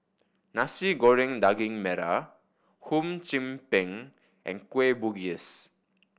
Nasi Goreng Daging Merah Hum Chim Peng and Kueh Bugis